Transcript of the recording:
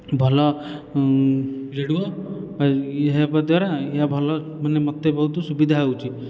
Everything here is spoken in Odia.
ଭଲ ରେଡ଼ିଓ ହେବା ଦ୍ୱାରା ଏହା ଭଲ ମାନେ ମୋତେ ବହୁତ ସୁବିଧା ହେଉଛି